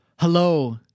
Hello